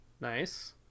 nice